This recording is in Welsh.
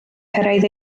cyrraedd